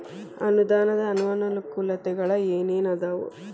ಅನುದಾನದ್ ಅನಾನುಕೂಲತೆಗಳು ಏನ ಏನ್ ಅದಾವ?